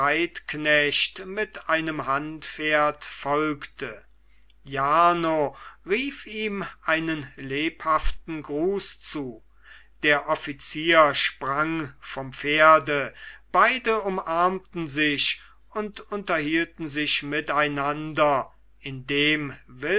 reitknecht mit einem handpferd folgte jarno rief ihm einen lebhaften gruß zu der offizier sprang vom pferde beide umarmten sich und unterhielten sich miteinander indem